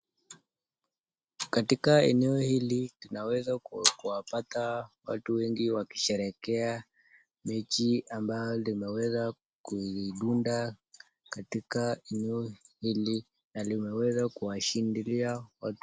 Katika eneo hili tunaweza kuwapata watu wengi wakisherehekea mechi ambalo limeweza kuidunda katika eneo hili na limeweza kuwashindilia wa,,,,,